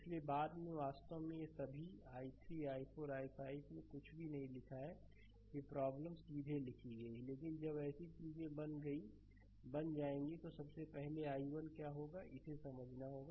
इसलिए बाद में वास्तव में सभी i3 i4 i5 में कुछ भी नहीं लिखा है कि प्रॉब्लम सीधे लिखी गई है लेकिन जब ऐसी चीजें बन जाएंगी तो सबसे पहले i1 क्या होगा इसे समझना होगा